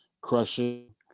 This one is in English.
Crushing